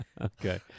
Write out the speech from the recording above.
Okay